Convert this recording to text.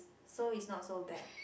so is not so bad